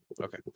okay